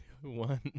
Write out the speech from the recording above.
One